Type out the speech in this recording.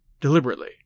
deliberately